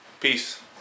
Peace